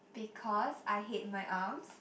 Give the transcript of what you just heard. because I hate my arms